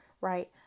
right